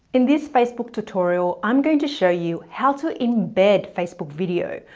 in this facebook tutorial, i'm going to show you how to embed facebook video,